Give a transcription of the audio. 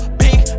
big